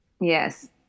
Yes